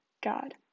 God